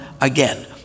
again